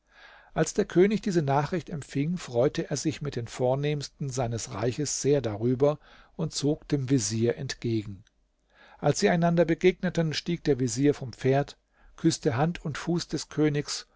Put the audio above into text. als der könig diese nachricht empfing freute er sich mit den vornehmsten seines reiches sehr darüber und zog dem vezier entgegen als sie einander begegneten stieg der vezier vom pferd küßte hand und fuß des königs